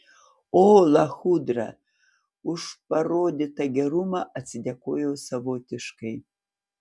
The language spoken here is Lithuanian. o lachudra už parodytą gerumą atsidėkojo savotiškai